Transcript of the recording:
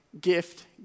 gift